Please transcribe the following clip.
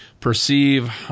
perceive